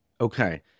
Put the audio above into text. Okay